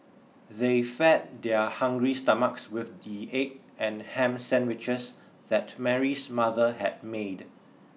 they fed their hungry stomachs with the egg and ham sandwiches that Mary's mother had made